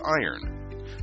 iron